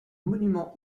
monument